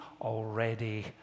already